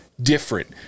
different